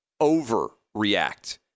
overreact